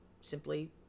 simply